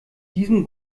diesem